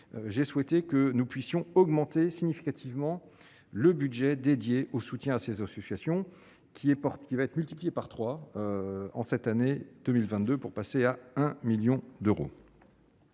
j'ai souhaité que nous puissions augmenter significativement le budget dédié au soutien à ces associations qui est porte qui va être multiplié par 3 en cette année 2022 pour passer à un 1000000 d'euros.